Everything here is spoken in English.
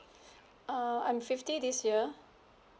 err I'm fifty this year